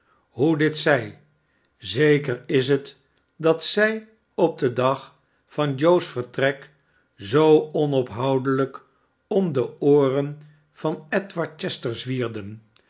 hoe dit zij zeker is het dat zij op den dag van joe's vertrek zoo onophoudelijk om de ooren van edward chester zwierden